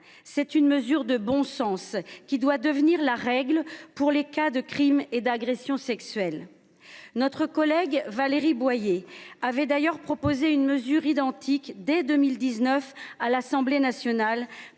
c’est une mesure de bon sens, qui doit devenir la règle pour les cas de crimes et d’agressions sexuelles. Alors députée, notre collègue Valérie Boyer avait d’ailleurs proposé une mesure identique à l’Assemblée nationale